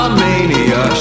mania